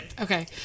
Okay